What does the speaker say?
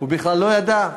הוא בכלל לא ידע.